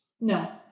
No